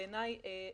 בעיניי,